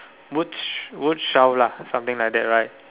wood she wood shelf lah something like that right